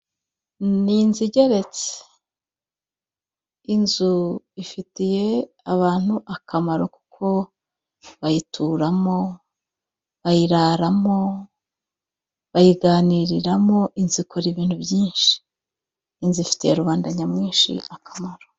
Ni inzu igeretse, inzu ifitiye abantu akamaro kuko bayituramo, bayiraramo, bayiganiriramo inzu ikora ibintu byinshi, inzu ifitiye rubanda nyamwinshi akamaro.